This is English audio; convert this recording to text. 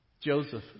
Joseph